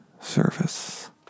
service